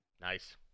nice